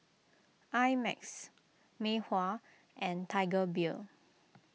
I Max Mei Hua and Tiger Beer